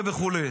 וכו'.